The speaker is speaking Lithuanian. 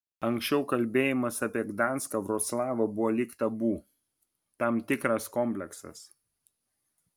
anksčiau kalbėjimas apie gdanską vroclavą buvo lyg tabu tam tikras kompleksas